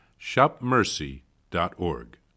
shopmercy.org